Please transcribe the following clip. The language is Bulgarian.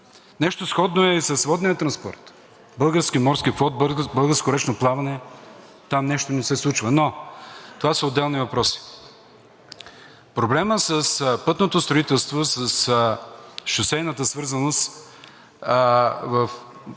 Нещо сходно е и с водния транспорт. „Български морски флот“, „Българско речно плаване“ – там нещо не се случва, но това са отделни въпроси. Проблемът с пътното строителство, с шосейната свързаност в България